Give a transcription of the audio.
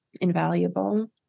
invaluable